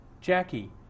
Jackie